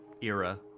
era